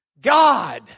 God